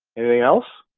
anything else?